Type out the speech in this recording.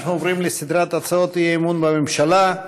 אנחנו עוברים לסדרת הצעות אי-אמון בממשלה.